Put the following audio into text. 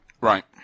Right